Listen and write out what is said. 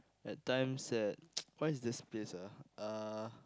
at times at what is this place